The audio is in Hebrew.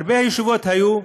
הרבה ישיבות היו,